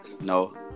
No